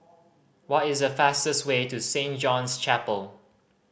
what is the fastest way to Saint John's Chapel